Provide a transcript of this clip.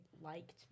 liked